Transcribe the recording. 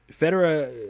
Federer